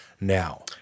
now